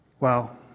Wow